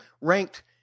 ranked